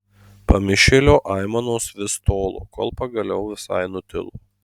pamišėlio aimanos vis tolo kol pagaliau visai nutilo